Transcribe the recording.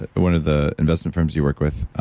one of the investment firms you work with,